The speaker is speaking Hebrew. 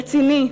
רציני,